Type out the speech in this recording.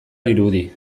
dirudi